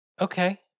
Okay